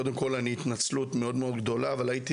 קודם כל, אני מתנצל, אבל הייתי